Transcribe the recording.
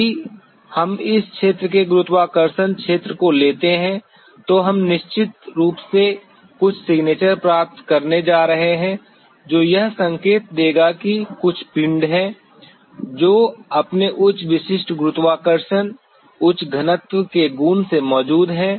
यदि हम इस क्षेत्र के गुरुत्वाकर्षण क्षेत्र को लेते हैं तो हम निश्चित रूप से कुछ सिग्नेचर प्राप्त करने जा रहे हैं जो यह संकेत देगा कि कुछ पिंड है जो अपने उच्च स्पेसिफिक ग्रेविटी उच्च घनत्व के गुण से मौजूद है